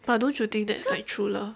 but don't you think that's like true love